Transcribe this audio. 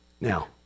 Now